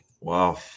Wow